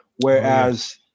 Whereas